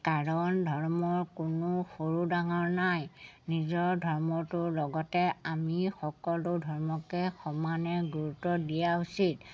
কাৰণ ধৰ্মৰ কোনো সৰু ডাঙৰ নাই নিজৰ ধৰ্মটোৰ লগতে আমি সকলো ধৰ্মকে সমানে গুৰুত্ব দিয়া উচিত